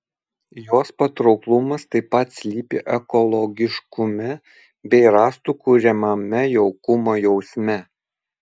jos patrauklumas taip pat slypi ekologiškume bei rąstų kuriamame jaukumo jausme